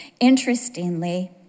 Interestingly